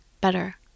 better